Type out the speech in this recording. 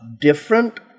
different